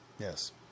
Yes